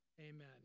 Amen